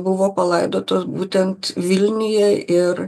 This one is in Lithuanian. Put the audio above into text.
buvo palaidotos būtent vilniuje ir